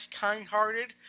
kind-hearted